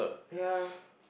ya